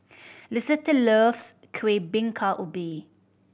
Lisette loves Kuih Bingka Ubi